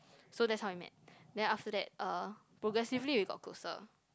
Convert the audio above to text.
so that's how we met then after that uh progressively we got closer